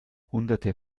hunderte